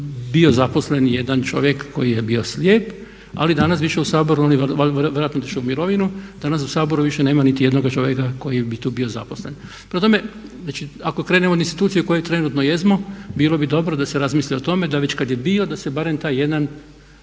bio zaposlen jedan čovjek koji je bio slijep ali danas više u Saboru, on je vjerojatno otišao u mirovinu, danas u Saboru više nema niti jednoga čovjeka koji bi tu bio zaposlen. Prema tome, znači ako krenemo od institucije u kojoj trenutno jesmo bilo bi dobro da se razmisli o tome da već kad je bio da se barem taj jedan